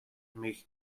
mich